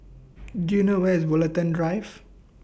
Do YOU know Where IS Woollerton Drive